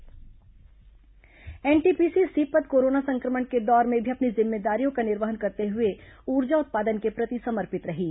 NTPC प्रे सवार्ता NTPC Sipat corona संक्रमण के दौर में भी अपनी जिम्मेदारियां का निर्वहन करते हुए ऊर्जा उत्पादन के प्रति समर्पित रही है